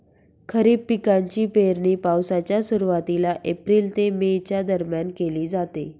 खरीप पिकांची पेरणी पावसाच्या सुरुवातीला एप्रिल ते मे च्या दरम्यान केली जाते